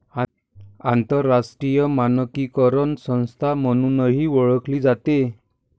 आंतरराष्ट्रीय मानकीकरण संस्था म्हणूनही ओळखली जाते